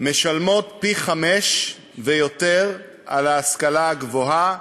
משלמות פי-חמישה ויותר על ההשכלה הגבוהה